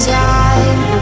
time